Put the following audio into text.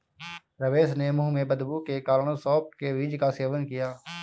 रमेश ने मुंह में बदबू के कारण सौफ के बीज का सेवन किया